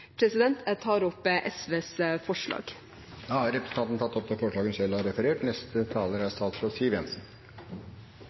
tar opp SVs forslag. Representanten Kirsti Bergstø har tatt opp de